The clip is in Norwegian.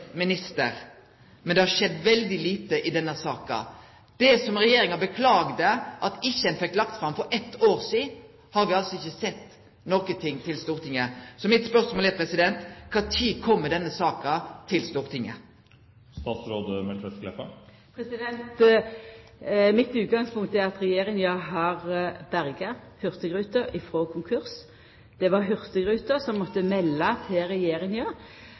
minister, men det har skjedd veldig lite i denne saka. Det som regjeringa beklaga at ein ikkje fekk lagt fram for eitt år sidan, har me altså ikkje sett noko til i Stortinget. Så mitt spørsmål er: Når kjem denne saka til Stortinget? Mitt utgangspunkt er at regjeringa har berga Hurtigruten frå konkurs. Det var Hurtigruten som måtte melda til regjeringa